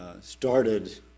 started